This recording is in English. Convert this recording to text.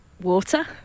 Water